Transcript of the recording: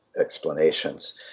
explanations